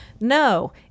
No